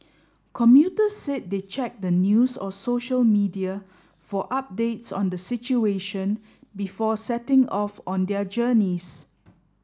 commuters said they checked the news or social media for updates on the situation before setting off on their journeys